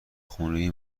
خونه